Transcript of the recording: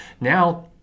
now